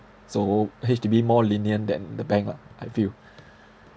so H_D_B more lenient than the bank lah I feel